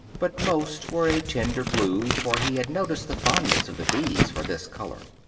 but most were a tender blue, for he had noticed the fondness of the bees for this color.